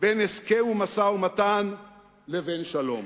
בין הסכם ומשא-ומתן לבין שלום.